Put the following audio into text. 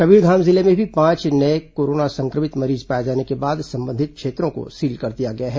कबीरधाम जिले में भी पांच नए कोरोना संक्रमित मरीज पाए जाने के बाद संबंधित क्षेत्रों को सील कर दिया गया है